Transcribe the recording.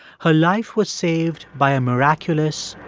her life was saved by a miraculous,